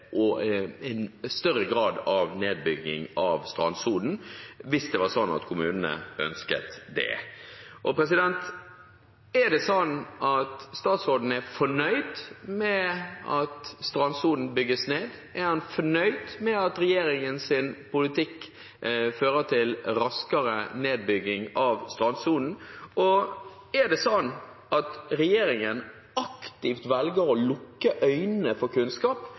større grad av nedbygging av strandsonen hvis kommunene ønsket det. Er statsråden fornøyd med at strandsonen bygges ned, er han fornøyd med at regjeringens politikk fører til raskere nedbygging av strandsonen, og er det sånn at regjeringen aktivt velger å lukke øynene for kunnskap,